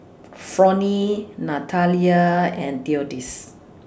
Fronie Natalia and Theodis